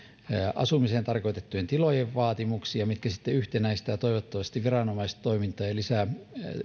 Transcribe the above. asumiseen tarkoitettujen tilojen vaatimuksia mikä sitten yhtenäistää toivottavasti viranomaistoimintaa ja lisää